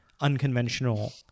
unconventional